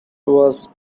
was